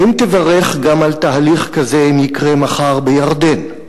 האם תברך גם על תהליך כזה אם יקרה מחר בירדן?